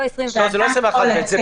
זה